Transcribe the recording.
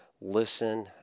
listen